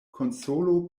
konsolo